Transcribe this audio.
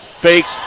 fakes